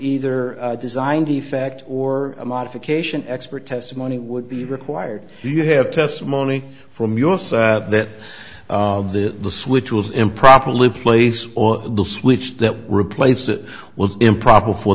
either design defect or modification expert testimony would be required you have testimony from your say that the switch was improperly place or the switch that replaced it was improper for